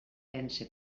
pense